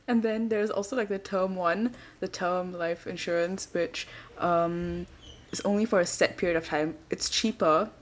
and then there's also like the term one the term life insurance which um is only for a set period of time it's cheaper